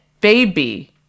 baby